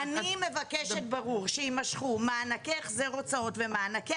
אני מבקשת ברור שיימשכו מענקי החזר הוצאות ומענקי